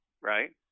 right